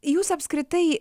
jūs apskritai